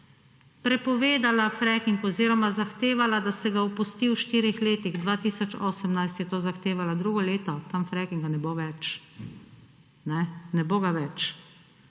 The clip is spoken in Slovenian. prepovedala fracking oziroma zahtevala, da se ga opusti v štirih letih. 2018 je to zahtevala. Drugo leto tam frackinga ne bo več, ne bo ga več.